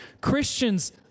Christians